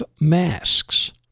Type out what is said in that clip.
masks